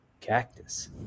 cactus